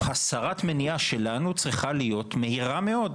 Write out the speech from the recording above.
הסרת המניעה שלנו צריכה להיות מהירה מאוד,